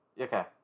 okay